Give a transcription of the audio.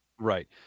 Right